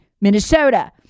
Minnesota